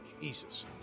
Jesus